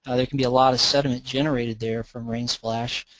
ah there can be a lot of sediment generated there from rain splash.